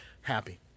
happy